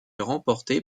remporté